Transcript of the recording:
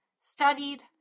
studied